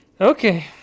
Okay